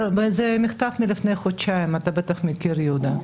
זה מכתב מלפני חודשיים אתה בטח מכיר, יהודה.